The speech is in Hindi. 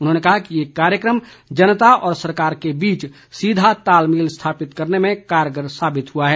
उन्होंने कहा कि ये कार्यक्रम जनता व सरकार के बीच सीधा तालमेल स्थापित करने में कारगर साबित हआ है